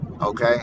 okay